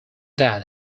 that